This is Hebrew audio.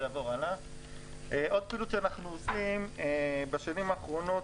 עוד פעילות שאנחנו עושים בשנים האחרונות,